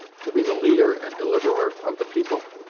to be the leader and deliverer of the people?